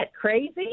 crazy